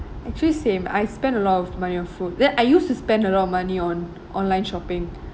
actually same I spend a lot of money on food then I used to spend a lot of money on online shopping